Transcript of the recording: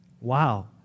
Wow